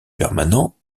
permanents